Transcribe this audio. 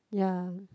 ya